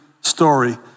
story